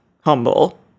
humble